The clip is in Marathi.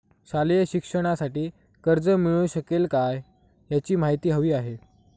शालेय शिक्षणासाठी कर्ज मिळू शकेल काय? याची माहिती हवी आहे